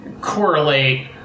correlate